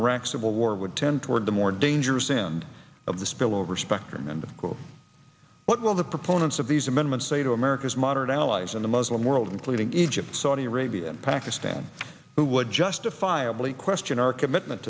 iraq civil war would tend toward the more dangerous in of the spillover spectrum and what will the proponents of these amendments say to america's moderate allies in the muslim world including egypt saudi arabia and pakistan who would justifiably question our commitment